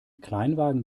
kleinwagen